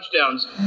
touchdowns